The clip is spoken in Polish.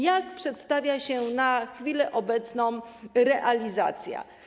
Jak przedstawia się na chwilę obecną realizacja?